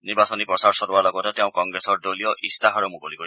নিৰ্বাচনী প্ৰচাৰ চলোৱাৰ লগতে তেওঁ কংগ্ৰেছৰ দলীয় ইস্তাহাৰো মুকলি কৰিব